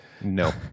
No